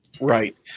Right